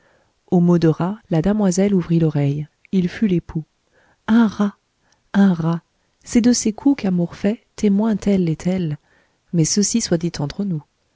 mot de rat la demoiselle ouvrit l'oreille il fut l'époux un rat un rat c'est de ces coups qu'amour fait témoin telle et telle mais ceci soit dit entre nous